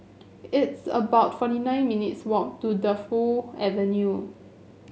it's about forty nine minutes walk to Defu Avenue